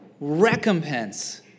recompense